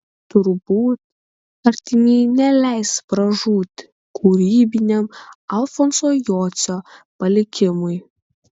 turbūt artimieji neleis pražūti kūrybiniam alfonso jocio palikimui